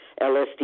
LSD